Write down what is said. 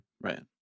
right